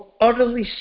utterly